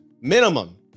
minimum